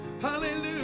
Hallelujah